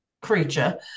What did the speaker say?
creature